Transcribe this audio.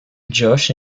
josh